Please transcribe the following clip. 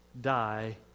die